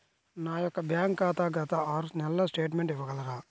నా యొక్క బ్యాంక్ ఖాతా గత ఆరు నెలల స్టేట్మెంట్ ఇవ్వగలరా?